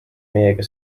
meie